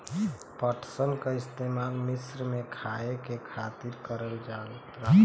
पटसन क इस्तेमाल मिस्र में खाए के खातिर करल जात रहल